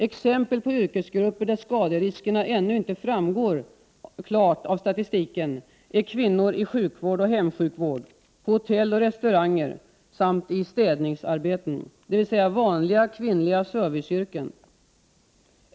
Exempel på yrkesgrupper för vilka skaderiskerna ännu inte framgår klart av statistiken är kvinnor i sjukvård och hemsjukvård, på hotell och restauranger samt i städningsarbeten, dvs. vanliga kvinnliga serviceyrken.